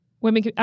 women